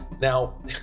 Now